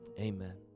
amen